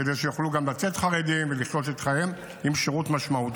כדי שיוכלו גם לצאת חרדים ולפרוש לחייהם עם שירות משמעותי,